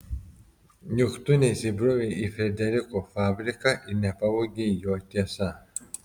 juk tu neįsibrovei į frederiko fabriką ir nepavogei jo tiesa